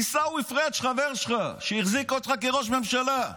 עיסאווי פריג', חבר שלך, שהחזיק אותך כראש ממשלה.